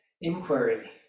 Inquiry